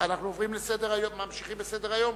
אנחנו ממשיכים בסדר-היום.